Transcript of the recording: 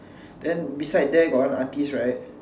then beside there got one artist right